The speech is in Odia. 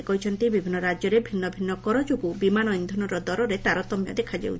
ସେ କହିଛନ୍ତି ବିଭିନ୍ନ ରାଜ୍ୟରେ ଭିନ୍ନ ଭିନ୍ନ କର ଯୋଗୁଁ ବିମାନ ଇନ୍ଧନର ଦରରେ ତାରତମ୍ୟ ଦେଖାଦେଉଛି